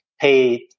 paid